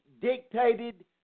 dictated